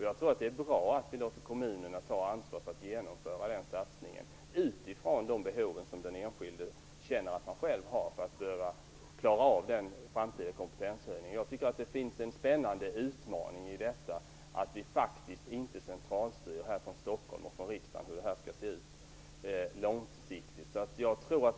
Jag tror att det är bra att vi låter kommunerna ta ansvar för att genomföra denna satsning utifrån de behov som den enskilde känner att han själv har för att kunna klara av en framtida kompetenshöjning. Det ligger en spännande utmaning i detta, att vi från Stockholm och riksdagen inte är centralstyrande när det gäller hur detta skall se ut långsiktigt.